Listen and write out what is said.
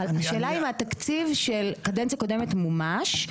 השאלה היא אם התקציב של הקדנציה הקודמת מומש?